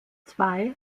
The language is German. zwei